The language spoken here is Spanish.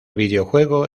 videojuego